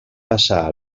passar